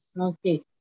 Okay